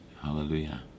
hallelujah